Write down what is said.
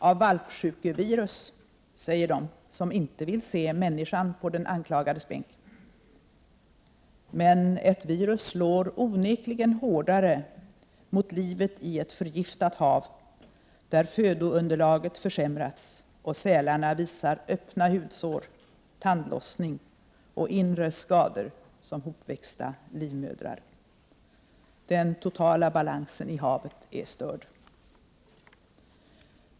Av valpsjukevirus, säger de som inte vill se människan på den anklagades bänk. Men ett virus slår onekligen hårdare mot livet i ett förgiftat hav, där födounderlaget försämrats och sälarna visar öppna hudsår, tandlossning och inre skador som hopväxt livmoder. Den totala balansen i havet är störd.